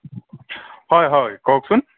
হয় হয় কওকচোন